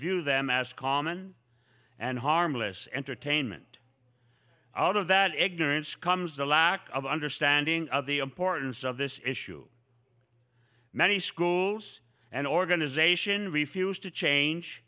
view them as common and harmless entertainment out of that ignorance comes a lack of understanding of the importance of this issue many schools and organization refuse to change